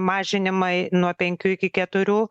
mažinimai nuo penkių iki keturių